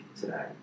Today